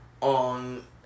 on